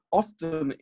often